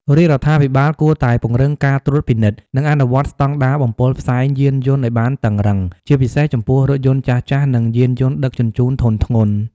រាជរដ្ឋាភិបាលគួរតែពង្រឹងការត្រួតពិនិត្យ និងអនុវត្តស្តង់ដារបំពុលផ្សែងយានយន្តឱ្យបានតឹងរ៉ឹង ជាពិសេសចំពោះរថយន្តចាស់ៗ និងយានយន្តដឹកជញ្ជូនធុនធ្ងន់។